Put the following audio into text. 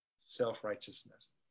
self-righteousness